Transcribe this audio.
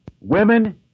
women